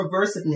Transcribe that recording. perversiveness